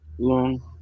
long